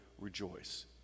rejoice